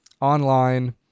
Online